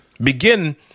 Begin